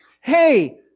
Hey